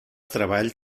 treball